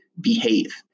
behave